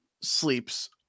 sleeps